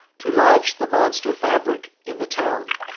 to lodge the monster fabric in the town.